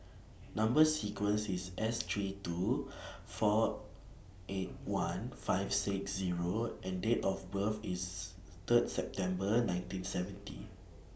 Number sequence IS S three two four eight one five six Zero and Date of birth IS Third September nineteen seventy